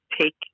take